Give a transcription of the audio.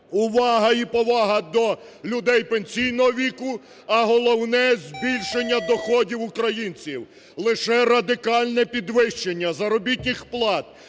увага і повага до людей пенсійного віку, а головне – збільшення доходів українців. Лише радикальне підвищення заробітних плат,